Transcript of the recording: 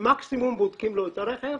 מקסימום בודקים לו את הרכב,